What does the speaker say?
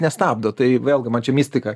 nestabdo tai vėlgi man čia mistika